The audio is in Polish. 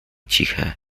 ciche